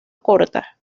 corta